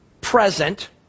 present